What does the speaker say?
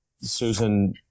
susan